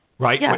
Right